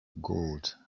gould